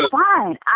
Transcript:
fine